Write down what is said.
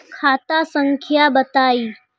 खाता संख्या बताई?